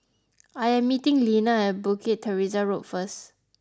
I am meeting Lenna at Bukit Teresa Road first